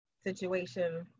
situation